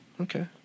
Okay